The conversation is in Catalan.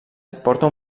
porta